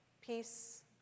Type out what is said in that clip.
peace